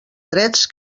drets